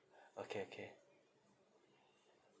okay okay